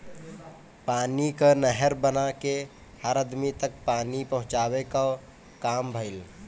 पानी कअ नहर बना के हर अदमी तक पानी पहुंचावे कअ काम भइल